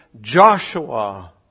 Joshua